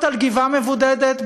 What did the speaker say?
על גבעה מבודדת,